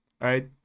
right